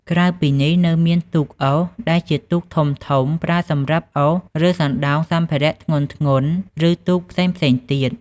ក្រៅពីនេះ នៅមាន ទូកអូស ដែលជាទូកធំៗប្រើសម្រាប់អូសឬសណ្តោងសម្ភារៈធ្ងន់ៗ ឬទូកផ្សេងៗទៀត។